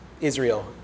Israel